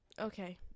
Okay